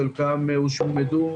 חלקם הושמדו,